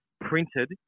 printed